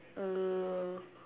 uh